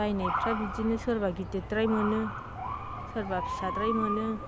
बायनायफ्रा बिदिनो सोरबा गिदिरद्राय मोनो सोरबा फिसाद्राय मोनो